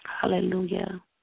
hallelujah